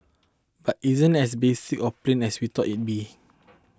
but it isn't as basic or plain as we thought it'd be